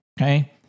Okay